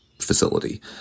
facility